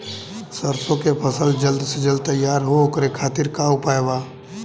सरसो के फसल जल्द से जल्द तैयार हो ओकरे खातीर का उपाय बा?